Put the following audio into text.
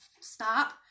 stop